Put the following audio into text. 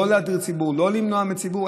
לא להדיר ציבור, לא למנוע מציבור.